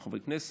של חברי הכנסת,